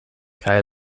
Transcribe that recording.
kaj